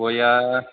गयआ